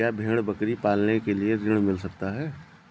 क्या भेड़ बकरी पालने के लिए ऋण मिल सकता है?